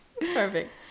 perfect